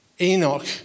Enoch